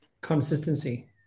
consistency